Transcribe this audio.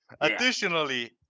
Additionally